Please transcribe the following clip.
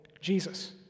Jesus